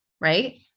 Right